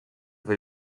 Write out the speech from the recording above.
või